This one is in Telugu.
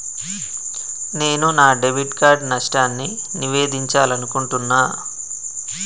నేను నా డెబిట్ కార్డ్ నష్టాన్ని నివేదించాలనుకుంటున్నా